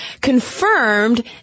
confirmed